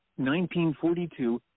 1942